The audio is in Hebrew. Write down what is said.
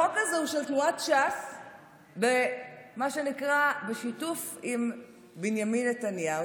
החוק הזה הוא של תנועת ש"ס במה שנקרא שיתוף עם בנימין נתניהו.